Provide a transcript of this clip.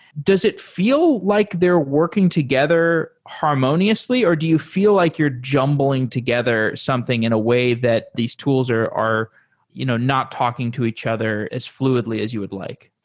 does it feel like they're working together harmoniously, or do you feel like you're jumbling together something in a way that these tools are you know not talking to each other as fluidly as you would like?